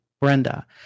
Brenda